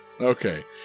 Okay